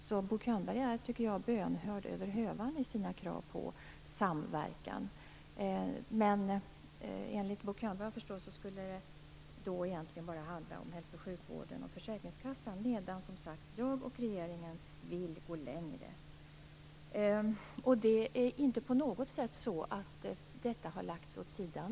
Så Bo Könberg är, tycker jag, bönhörd över hövan i sina krav på samverkan. Vad jag förstår skulle detta enligt Bo Könberg egentligen bara handla om hälso och sjukvården och försäkringskassan, medan som sagt jag och regeringen vill gå längre. Det är inte på något sätt så att detta har lagts åt sidan.